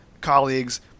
colleagues